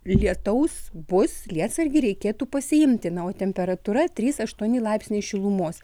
lietaus bus lietsargį reikėtų pasiimti na o temperatūra trys aštuoni laipsniai šilumos